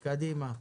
קדימה.